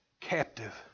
captive